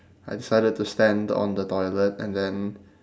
I decided to stand on the toilet and then